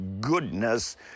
goodness